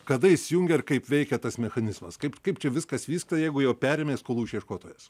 kada įsijungia ir kaip veikia tas mechanizmas kaip kaip čia viskas vyksta jeigu jau perėmė skolų išieškotojas